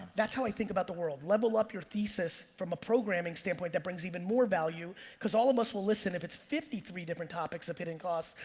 that's how i think about the world. level up your thesis from a programming standpoint that brings even more value cause all of us will listen if it's fifty three different topics of hidden costs,